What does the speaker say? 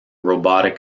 robotic